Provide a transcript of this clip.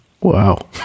Wow